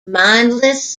mindless